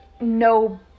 no